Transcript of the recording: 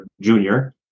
junior